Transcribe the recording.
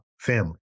family